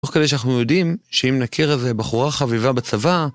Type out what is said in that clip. תוך כדי שאנחנו יודעים שאם נכיר איזה בחורה חביבה בצבא